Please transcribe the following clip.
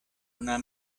una